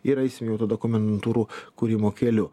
ir eisim jau tada komendantūrų kūrimo keliu